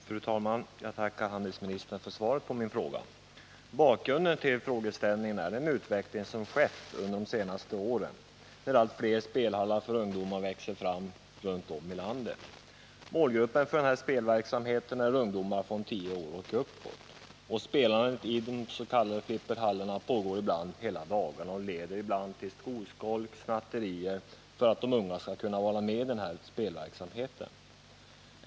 Fru talman! Jag tackar handelsministern för svaret på min fråga. Bakgrunden till frågan är den utveckling som skett under de senaste åren, då det blivit allt fler spelhallar för ungdom runt om i landet.- Målgruppen för denna spelverksamhet är ungdomar från tio år och uppåt. Spelandet i de s.k. flipperhallarna pågår ofta hela dagarna och leder ibland till att ungdomar gör sig skyldiga till skolskolk och snatterier för att de skall kunna vara med i spelverksamheten.